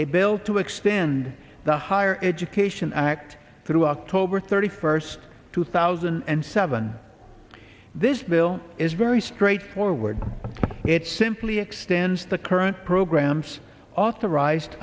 a bill to extend the higher education act through october thirty first two thousand and seven this bill is very straightforward it simply extends the current programs authorized